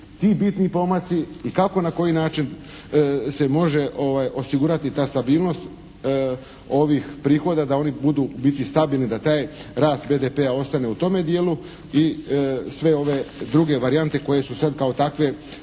ti bitni pomaci i kako i na koji način se može osigurati ta stabilnost ovih prihoda da oni budu u biti stabilni, da taj rast BDP-a ostane u tome dijelu i sve ove druge varijante koje su sad kao takve